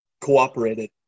cooperated